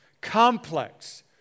complex